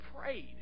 prayed